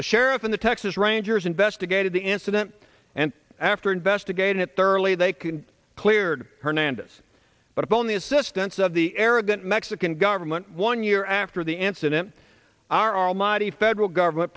the sheriff in the texas rangers investigated the incident and after investigated thoroughly they can cleared hernandez but only assistants of the arrogant mexican government one year after the incident are almighty federal government